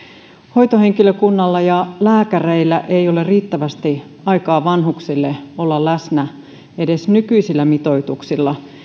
hoitohenkilökunnalla ja lääkäreillä ei ole riittävästi aikaa vanhuksille olla läsnä edes nykyisillä mitoituksilla